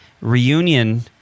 reunion